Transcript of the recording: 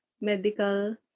medical